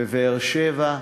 בבאר-שבע,